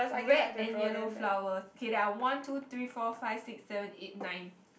red and yellow flowers kay there are one two three four five six seven eight nine